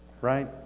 right